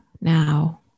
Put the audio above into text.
now